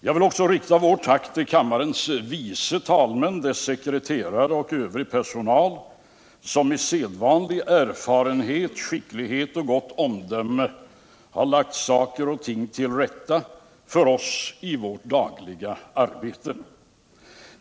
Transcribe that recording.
Jag vill också rikta vårt tack till kammarens vice talmän, dess sekreterare och övrig personal, som med sedvanlig erfarenhet, skicklighet och gott omdöme lagt saker och ting till rätta för oss i vårt dagliga arbete.